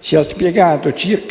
ci ha spiegato che